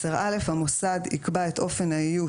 "איות ומאגר שמות של מקומות ציבוריים 10א. המוסד יקבע את אופן האיות